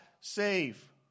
save